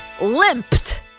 limped